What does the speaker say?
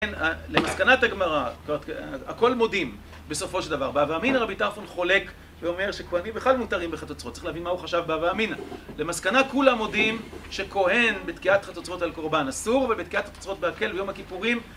למסקנת הגמרא, הכל מודים בסופו של דבר באב אמינה רבי טרפון חולק ואומר שכהנים בכלל מותרים בחתוצרות צריך להבין מה הוא חשב באב אמינה למסקנה כולה מודים שכהן בתקיעת חתוצרות על קורבן אסור ובתקיעת חתוצרות בהקל יום הכיפורים